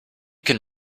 can